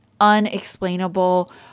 unexplainable